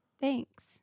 Thanks